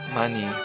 money